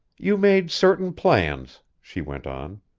you made certain plans, she went on.